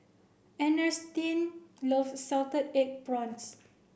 Ernestine love Salted Egg Prawns